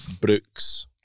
Brooks